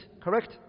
Correct